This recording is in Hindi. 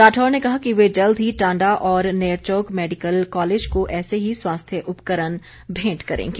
राठौर ने कहा कि वे जल्द ही टांडा और नेरचौक मैडिकल कॉलेज को ऐसे ही स्वास्थ्य उपकरण भेंट करेंगे